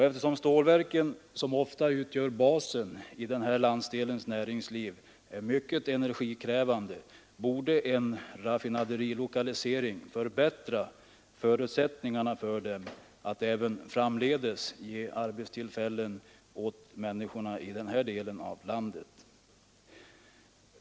Eftersom stålverken, som ofta utgör basen i den här landsdelens näringsliv, är mycket energikrävande borde en raffinaderilokalisering förbättra förutsättningarna för dem att även framdeles ge arbetstillfällen åt människorna i den här delen av landet.